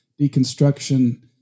deconstruction